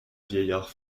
vieillard